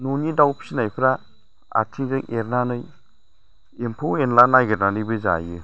न'नि दाउ फिनायफ्रा आथिंजों एरनानै एम्फौ एन्ला नागेरनानैबो जायो